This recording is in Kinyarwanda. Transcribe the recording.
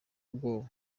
ubwoba